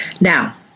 Now